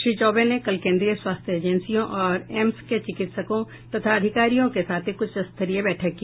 श्री चौबे ने कल केन्द्रीय स्वास्थ्य एजेंसियों और एम्स के चिकित्सकों तथा अधिकारियों के साथ एक उच्च स्तरीय बैठक की